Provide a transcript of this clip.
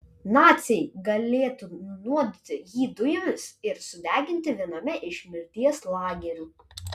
naciai galėtų nunuodyti jį dujomis ir sudeginti viename iš mirties lagerių